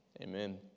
Amen